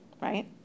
Right